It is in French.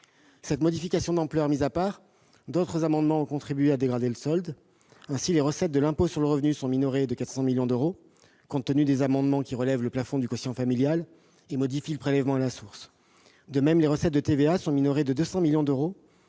Cette modification d'ampleur mise à part, d'autres amendements ont contribué à dégrader le solde. Ainsi, les recettes de l'impôt sur le revenu sont minorées de 400 millions d'euros, compte tenu notamment d'amendements qui relèvent le plafond du quotient familial et modifient le prélèvement à la source. De même, les recettes de TVA sont minorées de 200 millions d'euros,